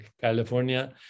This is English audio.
California